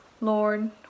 Lord